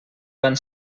van